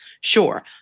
Sure